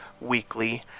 Weekly